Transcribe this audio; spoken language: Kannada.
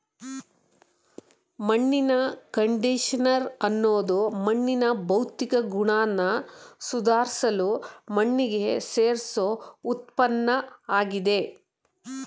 ಮಣ್ಣಿನ ಕಂಡಿಷನರ್ ಅನ್ನೋದು ಮಣ್ಣಿನ ಭೌತಿಕ ಗುಣನ ಸುಧಾರ್ಸಲು ಮಣ್ಣಿಗೆ ಸೇರ್ಸೋ ಉತ್ಪನ್ನಆಗಿದೆ